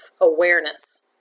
awareness